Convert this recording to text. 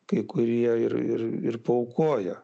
kai kurie ir ir ir paaukoja